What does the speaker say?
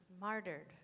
martyred